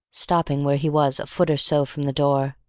stopping where he was a foot or so from the door.